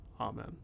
Amen